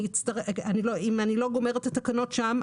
אם אני לא מסיימת את התקנות שם,